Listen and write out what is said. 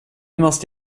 måste